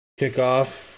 kickoff